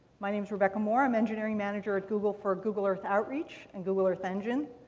my name is rebecca moore. i'm engineering manager at google for google earth outreach and google earth engine.